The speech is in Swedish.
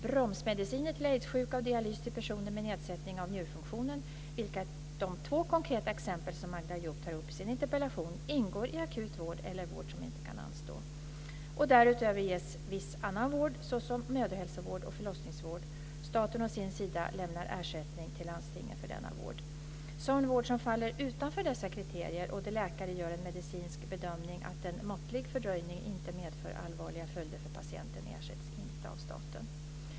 Bromsmediciner till aidssjuka och dialys till personer med nedsättning av njurfunktionen, vilka är de två konkreta exempel som Magda Ayoub tar upp i sin interpellation, ingår i akut vård eller vård som inte kan anstå. Därutöver ges viss annan vård såsom mödrahälsovård och förlossningsvård. Staten å sin sida lämnar ersättning till landstingen för denna vård. Sådan vård som faller utanför dessa kriterier och där läkare gör en medicinsk bedömning att en måttlig fördröjning inte medför allvarliga följder för patienten ersätts inte av staten.